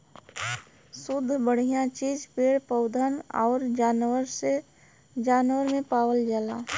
सुद्ध बढ़िया चीज पेड़ पौधन आउर जानवरन में पावल जाला